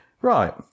Right